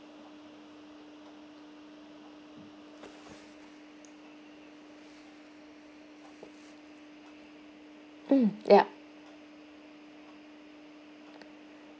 um yeah